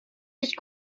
sich